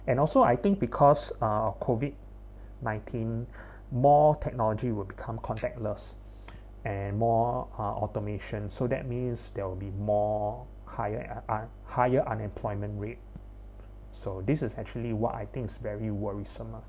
and also I think because uh COVID nineteen more technology will become contactless and more uh automation so that means there will be more higher a~ uh higher unemployment rate so this is actually what I think is very worrisome ah